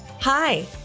Hi